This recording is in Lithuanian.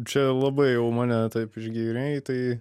čia labai jau mane taip išgyrei tai